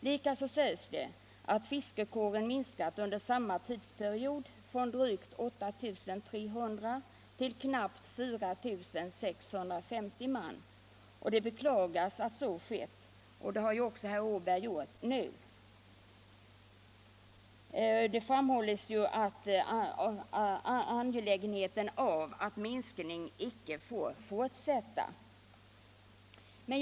Likaså sägs det att fiskarkåren minskat under samma tidsperiod från drygt 8 300 till knappt 4650 man. Det beklagas att så skett. Det har också herr Åberg beklagat. Angelägenheten av att minskningen icke fortsätter framhålls också.